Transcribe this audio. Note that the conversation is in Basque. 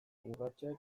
urratsak